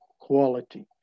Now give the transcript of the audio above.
quality